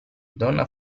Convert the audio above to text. donna